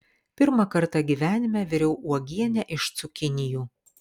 pirmą kartą gyvenime viriau uogienę iš cukinijų